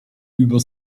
über